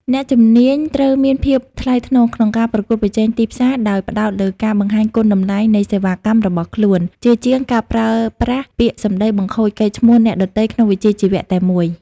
អ្នកជំនាញត្រូវមានភាពថ្លៃថ្នូរក្នុងការប្រកួតប្រជែងទីផ្សារ ដោយផ្ដោតលើការបង្ហាញគុណតម្លៃនៃសេវាកម្មរបស់ខ្លួន ជាជាងការប្រើប្រាស់ពាក្យសម្ដីបង្ខូចកេរ្តិ៍ឈ្មោះអ្នកដទៃក្នុងវិជ្ជាជីវៈតែមួយ។